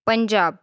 Punjab